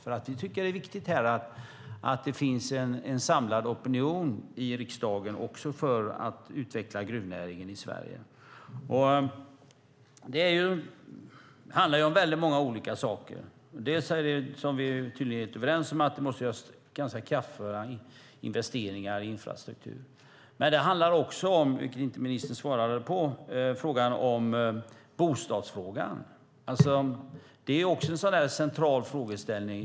Vi tycker att det är viktigt att det finns en samlad opinion i riksdagen för att utveckla gruvnäringen i Sverige. Det handlar om många saker. Det handlar bland annat om det vi tydligen inte är överens om, nämligen att det behöver göras kraftfulla investeringar i infrastruktur. Det handlar också om, vilket ministern inte svarade på, frågan om bostäder. Det är en central fråga.